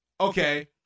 okay